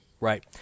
right